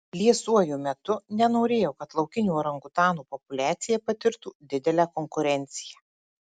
liesuoju metu nenorėjau kad laukinių orangutanų populiacija patirtų didelę konkurenciją